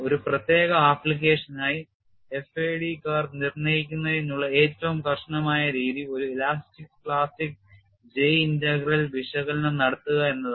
ഒരു പ്രത്യേക ആപ്ലിക്കേഷനായി FAD കർവ് നിർണ്ണയിക്കുന്നതിനുള്ള ഏറ്റവും കർശനമായ രീതി ഒരു ഇലാസ്റ്റിക് പ്ലാസ്റ്റിക് J ഇന്റഗ്രൽ വിശകലനം നടത്തുക എന്നതാണ്